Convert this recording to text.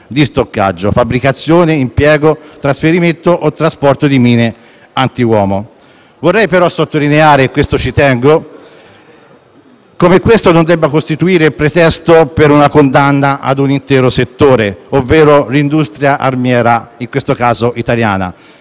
di stoccaggio, fabbricazione, impiego, trasferimento o trasporto di mine antiuomo. Vorrei però sottolineare - e ci tengo - come questo non debba costituire il pretesto per una condanna a un intero settore, ovvero l'industria armiera, che nel nostro